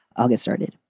i'll get started.